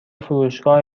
فروشگاه